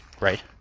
right